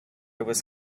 was